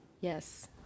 yes